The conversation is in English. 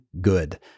good